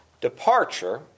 departure